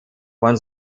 von